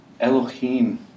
Elohim